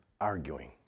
arguing